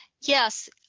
Yes